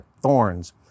thorns